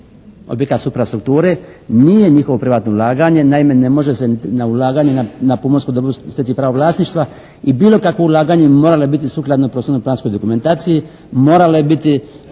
objekat suprastrukture nije njihovo privatno ulaganje. Naime, ne može se niti na ulaganje na pomorskom dobru steći pravo vlasništva i bilo kakvo ulaganje moralo je biti sukladno prostorno-planskoj dokumentaciji. Moralo je biti